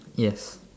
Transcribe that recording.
yes